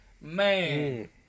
man